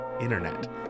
internet